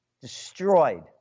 destroyed